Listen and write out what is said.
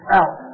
out